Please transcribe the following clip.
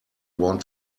want